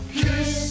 kiss